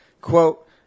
quote